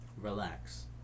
Relax